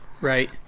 Right